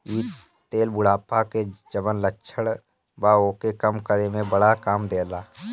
इ तेल बुढ़ापा के जवन लक्षण बा ओके कम करे में बड़ा काम देला